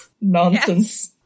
nonsense